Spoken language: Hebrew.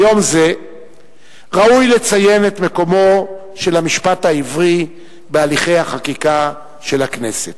ביום זה ראוי לציין את מקומו של המשפט העברי בהליכי החקיקה של הכנסת.